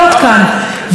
שוב ושוב,